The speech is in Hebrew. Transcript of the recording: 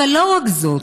אבל לא רק זאת,